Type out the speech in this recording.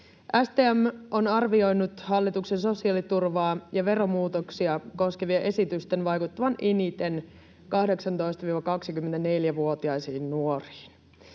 STM on arvioinut hallituksen sosiaaliturvaa ja veromuutoksia koskevien esitysten vaikuttavan eniten 18—24-vuotiaisiin nuoriin.